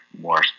more